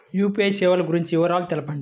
UPI సేవలు గురించి వివరాలు తెలుపండి?